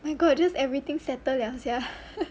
my god just everything settle liao sia